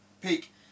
peak